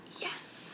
Yes